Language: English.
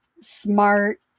smart